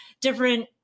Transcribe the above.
different